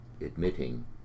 admitting